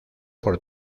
por